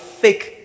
fake